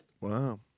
Wow